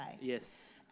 Yes